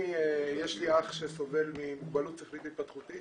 יש לי אח שסובל ממוגבלות שכלית התפתחותית